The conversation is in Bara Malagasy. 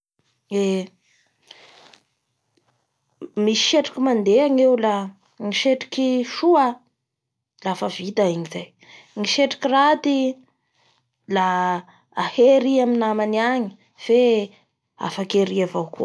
Ee misy setroky mandeha ny eo la ny setroky soa lafa vita igny zay ny setroky raty ahery i amin'ny namany namany agny fe afaky aria avao koa.